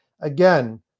Again